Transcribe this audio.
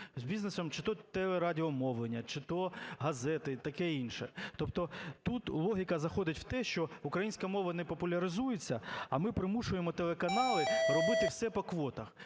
з бізнесом: чи то телерадіомовлення, чи то газети і таке інше. Тобто тут логіка заходить в те, що українська мова не популяризується, а ми примушуємо телеканали робити все по квотах.